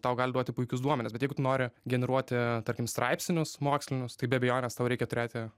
tau gali duoti puikius duomenis bet jeigu tu nori generuoti tarkim straipsnius mokslinius tai be abejonės tau reikia turėti